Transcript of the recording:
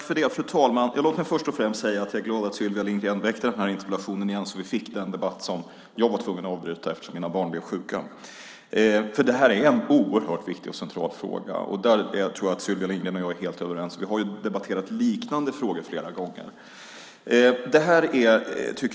Fru talman! Låt mig först och främst säga att jag är glad att Sylvia Lindgren har ställt den här interpellationen igen så att vi fick den debatt som jag tyvärr var tvungen att avbryta eftersom mina barn blev sjuka. Det är en oerhört viktig och central fråga. Det tror jag att Sylvia Lindgren och jag är helt överens om. Vi har ju debatterat liknande frågor flera gånger.